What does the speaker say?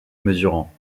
mesurant